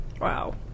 Wow